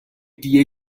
دیه